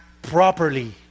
properly